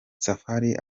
safari